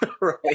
right